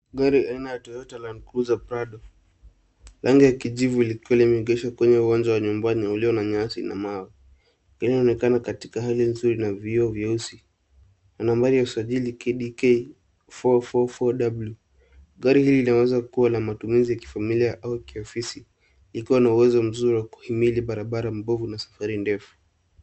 Gari aina ya toyota landcruiser prado. Rangi ya kijivu likiwa limeegeshwa kwenye uwanja wa nyumbani ulio na nyasi na mawe. Gari linaonekana katika hali nzuri na vioo vyesu na nambari ya usajili KDK 444W. Gari hili laweza kuwa la matumizi kifamilia au kiofisi ikiwa na uwezo mzuri wa kuhimili barabara mbovu na safari ndefu.